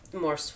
more